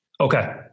okay